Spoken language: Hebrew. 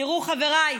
תראו, חבריי,